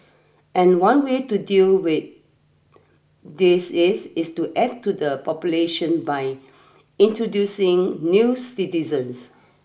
and one way to deal with this is is to add to the population by introducing new citizens